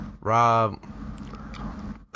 Rob